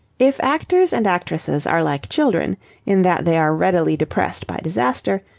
if actors and actresses are like children in that they are readily depressed by disaster,